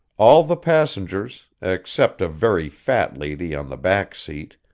all the passengers, except a very fat lady on the back seat,